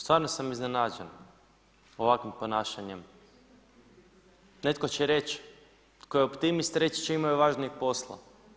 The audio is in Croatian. Stvarno sam iznenađen ovakvim ponašanjem, netko će reć tko je optimist, reći će imaju važnijeg posla.